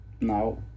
now